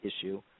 issue